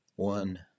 One